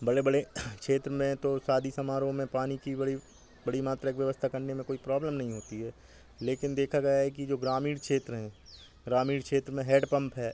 बड़े बड़े क्षेत्र में तो शादी समारोह में पानी की बड़ी बड़ी मात्रा की व्यवस्था करने में कोई प्रॉब्लम नहीं होती है लेकिन देखा गया है कि जो ग्रामीण क्षेत्र हैं ग्रामीण क्षेत्र में हेड पम्प है